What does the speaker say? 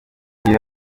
gihe